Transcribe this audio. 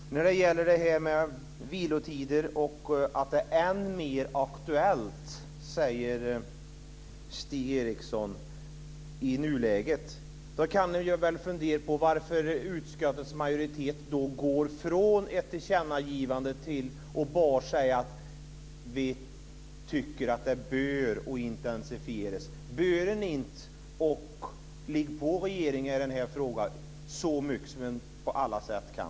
Stig Eriksson säger att frågan om vilotider är än mer aktuell i nuläget. Då kan man fundera på varför utskottets majoritet går från ett tillkännagivande till att bara säga att man tycker att arbetet bör intensifieras. Bör man inte ligga på regeringen i denna fråga så mycket som man någonsin kan?